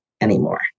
anymore